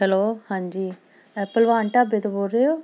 hello ਹਾਂਜੀ ਅ ਭਲਵਾਨ ਢਾਬੇ ਤੋਂ ਬੋਲ ਰਹੇ ਹੋ